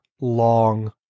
long